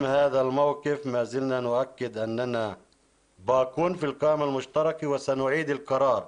ברשימה המשותפת ונחזיר את ההחלטה אל המוסדות שלנו.